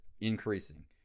increasing